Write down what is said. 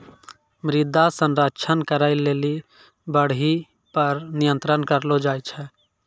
मृदा संरक्षण करै लेली बाढ़ि पर नियंत्रण करलो जाय छै